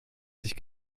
sich